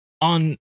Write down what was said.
on